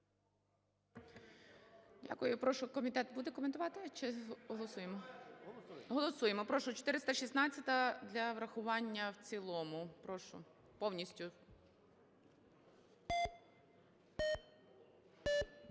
Дякую. І прошу, комітет буде коментувати чи голосуємо? Голосуємо. Прошу, 416-а для врахування в цілому, прошу, повністю.